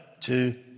two